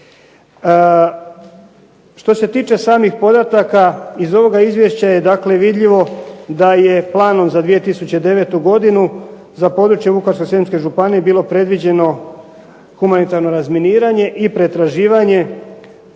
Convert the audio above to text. Što se tiče samih podataka iz ovoga izvješća je dakle vidljivo da je planom za 2009. godinu za područje Vukovarsko-srijemske županije bilo predviđeno humanitarno razminiranje i pretraživanje